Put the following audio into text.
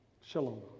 Shalom